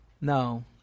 No